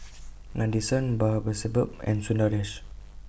Nadesan Babasaheb and Sundaresh